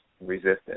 resistance